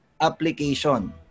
application